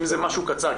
אם זה משהו קצר,